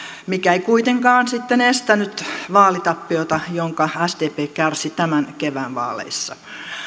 mikä ei kuitenkaan sitten estänyt vaalitappiota jonka sdp kärsi tämän kevään vaaleissa